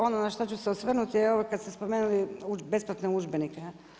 Ono na što ću se osvrnuti, je ovo kad ste spomenuli besplatne udžbenike.